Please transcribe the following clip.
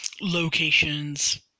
locations